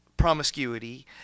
promiscuity